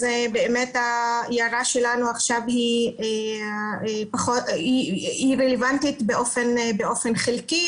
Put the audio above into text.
באמת ההערה שלנו עכשיו היא רלוונטית באופן חלקי,